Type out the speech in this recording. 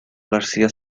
garcía